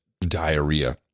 diarrhea